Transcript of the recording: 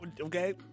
okay